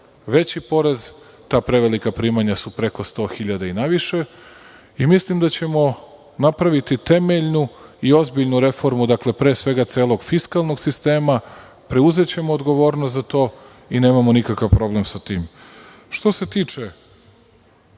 veći porez. Ta prevelika primanja su preko 100 hiljada i naviše. Mislim da ćemo napraviti temeljnu i ozbiljnu reformu, dakle pre svega fiskalnog sistema, preuzećemo odgovornost za to i nemamo nikakav problem sa tim. Što se tiče